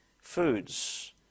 foods